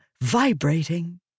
vibrating